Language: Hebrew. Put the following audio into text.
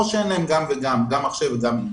או שאין להם גם מחשב וגם אינטרנט.